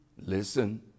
listen